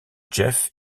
jeff